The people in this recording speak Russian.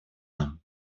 нам